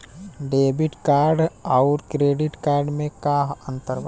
Debit card आउर credit card मे का अंतर बा?